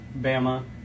Bama